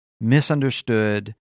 misunderstood